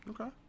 Okay